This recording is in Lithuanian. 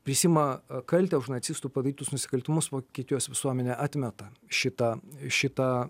prisiima kaltę už nacistų padarytus nusikaltimus vokietijos visuomenė atmeta šitą šitą